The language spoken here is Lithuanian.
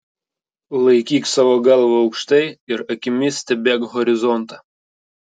laikyk savo galvą aukštai ir akimis stebėk horizontą